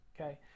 okay